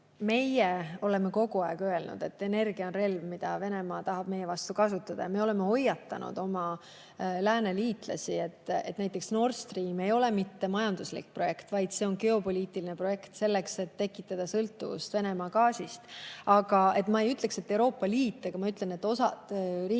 Meie oleme kogu aeg öelnud, et energia on relv, mida Venemaa tahab meie vastu kasutada. Me oleme hoiatanud lääneliitlasi, et näiteks Nord Stream ei ole mitte majanduslik projekt, vaid see on geopoliitiline projekt selleks, et tekitada sõltuvust Venemaa gaasist. Aga ma ei ütleks, et Euroopa Liit, vaid ma ütlen, et osa riike